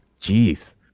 Jeez